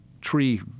tree